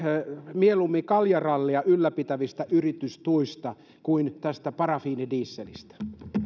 mieluummin kaljarallia ylläpitävistä yritystuista kuin tästä parafiinidieselistä